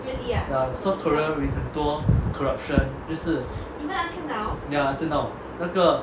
ya so korea with 很多 corruption 就是 ya until now 那个